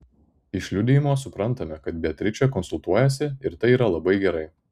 iš liudijimo suprantame kad beatričė konsultuojasi ir tai yra labai gerai